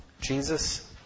Jesus